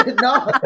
No